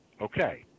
okay